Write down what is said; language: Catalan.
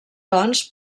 doncs